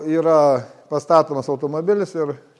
yra pastatomas automobilis ir